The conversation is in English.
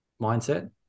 mindset